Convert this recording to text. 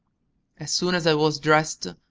as soon as i was dressed,